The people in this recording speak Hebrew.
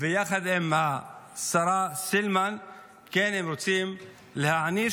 ויחד עם השרה סילמן הם רוצים להעניש,